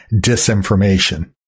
disinformation